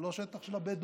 הוא לא שטח של הבדואים.